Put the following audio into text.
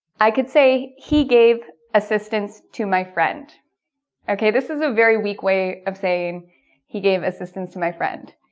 i could say he gave assistance to my friend ok this is a very weak way of saying he gave assistance to my friend